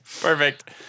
Perfect